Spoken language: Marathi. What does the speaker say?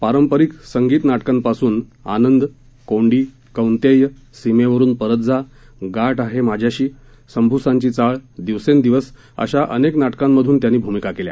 पारंपरिक संगीत नाटकांपासून आनंद कोंडी कौंतेय सीमेवरून परत जा गाठ आहे माझ्याशी संभूसाची चाळ दिवसेंदिवस अशा अनेक नाटकांमधून त्यांनी भूमिका केल्या